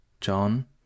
John